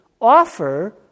offer